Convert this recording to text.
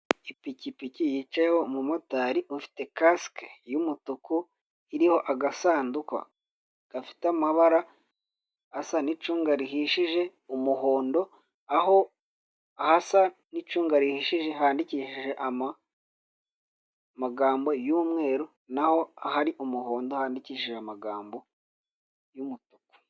Ipikipiki yicayeho umumotari ufite kasike y'umutuku, iriho agasanduka gafite amabara asa n'icunga rihishije, umuhondo. Aho ahasa n'icunga rihishije handikishije amagambo y'umweru, naho ahari umuhondo handikishijwe amagambo y'umutuku.